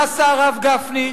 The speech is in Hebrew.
מה עשה הרב גפני,